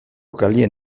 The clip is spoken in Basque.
kalean